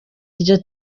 iryo